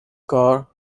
car